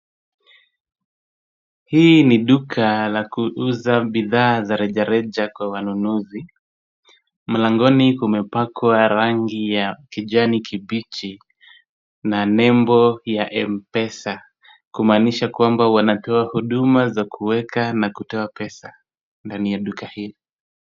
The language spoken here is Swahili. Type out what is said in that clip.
Hii ni duka la kuuza bidhaa za rejareja kwa wanunuzi. Mlangoni kumepakwa rangi ya kijani kibichi na nembo ya M-pesa, kumaanisha kwamba wanatoa huduma za kuweka na kutoa pesa ndani ya duka hili.